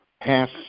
pass